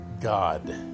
God